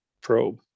probe